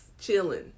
chilling